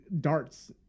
darts